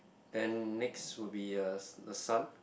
then next will be uh the sun